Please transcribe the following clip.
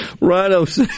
Right